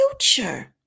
future